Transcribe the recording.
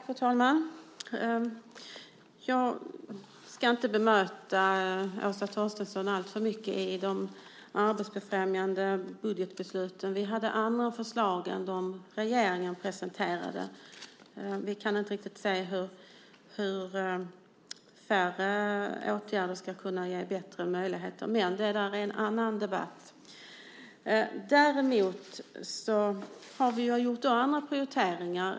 Fru talman! Jag ska inte bemöta Åsa Torstensson alltför mycket när det gäller de arbetsfrämjande budgetbesluten. Vi hade andra förslag än de som regeringen presenterat. Vi kan inte riktigt se hur färre åtgärder ska kunna ge bättre möjligheter, men det är en annan debatt. Vi har gjort andra prioriteringar.